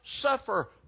suffer